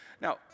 Now